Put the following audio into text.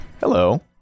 Hello